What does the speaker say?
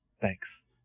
Thanks